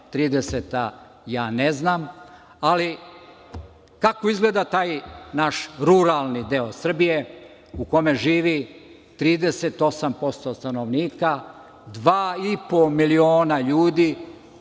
ja ne znam. Ali, kako izgleda taj naš ruralni deo Srbije u kome živi 38% stanovnika. Dva i po miliona ljudi,